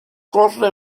corre